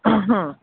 হুম